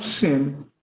sin